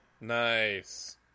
Nice